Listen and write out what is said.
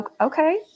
okay